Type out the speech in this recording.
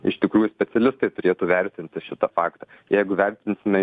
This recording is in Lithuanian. iš tikrųjų specialistai turėtų vertintų šitą faktą jeigu vertinsime